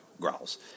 growls